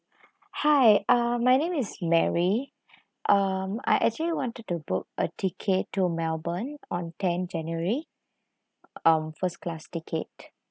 hi uh my name is mary um I actually wanted to book a ticket to melbourne on ten january um first class ticket